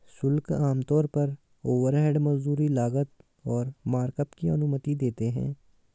शुल्क आमतौर पर ओवरहेड, मजदूरी, लागत और मार्कअप की अनुमति देते हैं